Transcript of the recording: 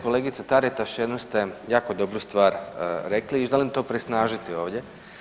Kolegice Taritaš jednu ste jako dobru stvar rekli i želim to prisnažiti ovdje.